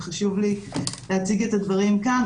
וחשוב לי להציג את הדברים כאן.